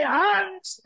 hands